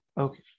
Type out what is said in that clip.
Okay